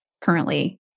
currently